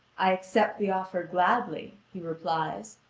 i accept the offer gladly, he replies,